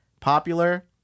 popular